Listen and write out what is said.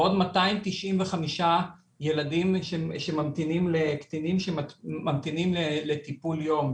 ועוד 295 ילדים קטינים שממתינים לטיפול יום,